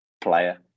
player